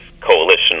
coalition